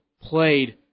played